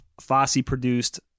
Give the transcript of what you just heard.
Fosse-produced